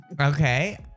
Okay